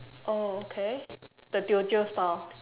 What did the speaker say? oh okay the teochew style